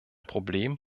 problem